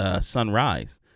sunrise